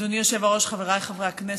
אדוני היושב-ראש, חבריי חברי הכנסת.